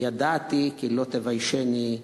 ידעתי כי לא תביישני,